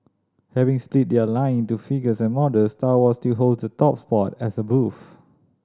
having split their line into figures and models Star Wars still holds the top spot as a booth